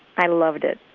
i loved it.